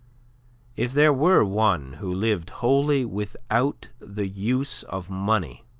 if there were one who lived wholly without the use of money,